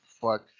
Fuck